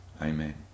Amen